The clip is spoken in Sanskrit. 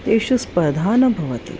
तेषु स्पर्धा न भवति